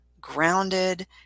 grounded